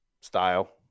style